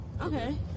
Okay